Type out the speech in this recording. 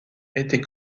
était